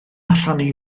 rhannu